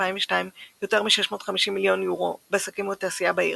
2002 יותר מ-650 מיליון אירו בעסקים ותעשייה בעיר.